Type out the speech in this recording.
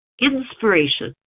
Inspiration